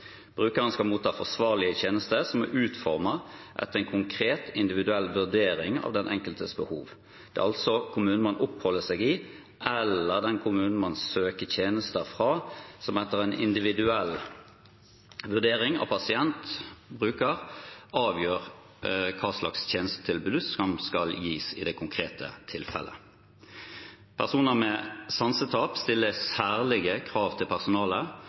Brukeren skal motta forsvarlige tjenester som er utformet etter en konkret individuell vurdering av den enkeltes behov. Det er altså kommunen man oppholder seg i, eller den kommunen man søker tjenester fra, som etter en individuell vurdering av pasient/bruker avgjør hva slags tjenestetilbud som skal gis i det konkrete tilfellet. Personer med sansetap stiller særlige krav til personalet